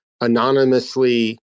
anonymously